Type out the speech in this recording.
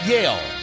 Yale